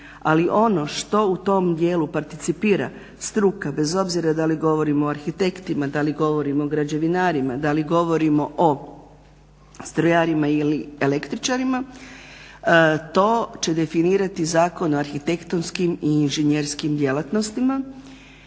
ali ono što u tom dijelu participira struka bez obzira da li govorimo o arhitektima, da li govorimo o građevinarima, da li govorimo o strojarima ili električari, to će definirati Zakon o arhitektonskim i inženjerskim djelatnostima.